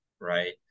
right